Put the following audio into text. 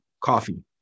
coffee